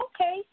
Okay